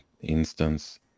instance